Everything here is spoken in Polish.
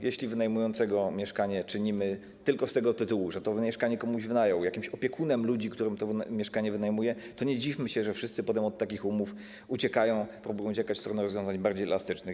Jeśli wynajmującego mieszkanie czynimy tylko z tego tytułu, że to mieszkanie komuś wynajął, jakimś opiekunem ludzi, którym to mieszkanie wynajmuje, to nie dziwmy się, że wszyscy potem od takich umów uciekają, próbują uciekać w stronę rozwiązań bardziej elastycznych.